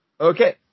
Okay